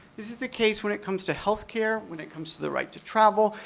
this is the case when it comes to healthcare, when it comes to the right to travel,